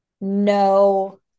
no